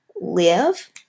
live